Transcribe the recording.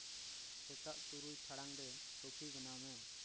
ᱥᱮᱛᱟᱜ ᱛᱩᱨᱩᱭ ᱴᱟᱲᱟᱝ ᱨᱮ ᱠᱚᱯᱷᱤ ᱵᱮᱱᱟᱣ ᱢᱮ